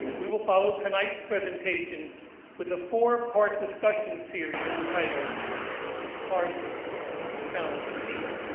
we will follow tonight's presentation with a four-part discussion series entitled heart challenges hate.